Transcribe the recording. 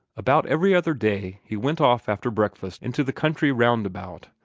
about every other day he went off after breakfast into the country roundabout,